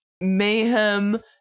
mayhem